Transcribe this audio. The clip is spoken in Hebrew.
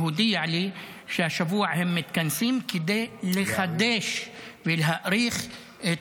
והוא הודיע לי שהשבוע הם מתכנסים כדי לחדש ולהאריך את